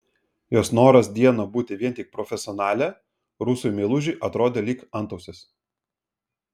jos noras dieną būti vien tik profesionale rusui meilužiui atrodė lyg antausis